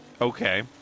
Okay